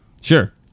sure